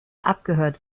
abgehört